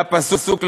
והפסוק,